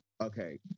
okay